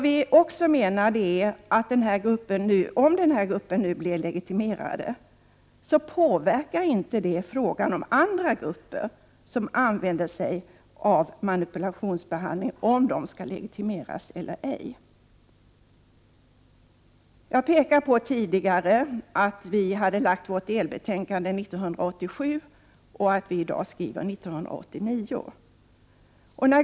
Vi menar att om den här gruppen nu blir legitimerad påverkar detta inte frågan huruvida andra grupper, som använder sig av manipulationsbehandling, skall legitimeras eller ej. Jag påpekade tidigare i mitt inlägg att vi lade fram vårt delbetänkande 1987, alltså för två år sedan.